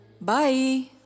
bye